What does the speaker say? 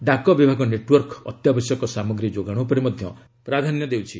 ଡାକ ବିଭାଗ ନେଟୱର୍କ ଅତ୍ୟାବଶ୍ୟକ ସାମଗ୍ରୀ ଯୋଗାଣ ଉପରେ ମଧ୍ୟ ପ୍ରାଧାନ୍ୟ ଦେଉଛି